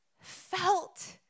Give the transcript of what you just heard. felt